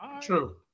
True